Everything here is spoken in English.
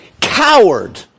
Coward